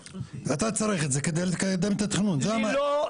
אתה צריך את זה על מנת לקדם את התכנון, זו הבעיה.